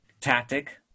tactic